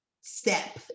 step